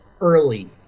early